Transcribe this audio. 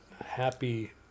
happy